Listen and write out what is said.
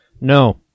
No